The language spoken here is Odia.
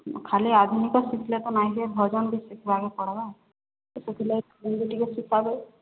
ଖାଲି ଆଧୁନିକ ଶିଖିଲେ ତ ନାହିଁ ଯେ ଭଜନ ବି ଶୀଖବାକେ ପଡ଼୍ବା ତ ସେଥିର୍ଲାଗି ଭଜନ ବି ଟିକେ ଶିଖାବେ